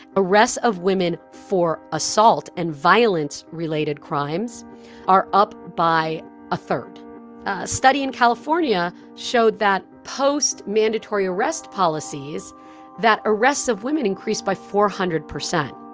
arrests of women for assault and violence related crimes are up by a third a study in california showed that post mandatory arrest policies that arrests of women increased by four hundred percent